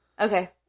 okay